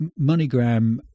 MoneyGram